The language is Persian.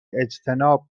اجتناب